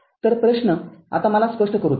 तर प्रश्न आता मला स्पष्ट करू द्या